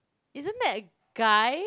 isn't that a guy